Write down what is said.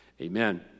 Amen